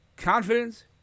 confidence